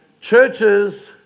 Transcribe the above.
Churches